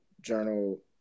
Journal